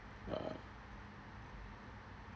uh